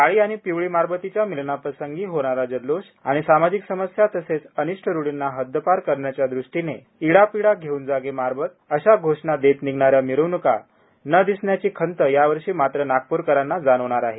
काळी आणि पिवळी मारबतीच्या मिलनाप्रसंगी होणारा जल्लोष आणि सामाजिक समस्या तसेच अनिष्ट रूढींना हद्दपार करण्याच्यादृष्टीने इडा पीडा घेऊन जा गे मारबत अशा घोषणा देत निघणा या मिरवण्का न दिसण्याची खंत यावर्षी मात्र नागप्रकरांना जाणवणार आहे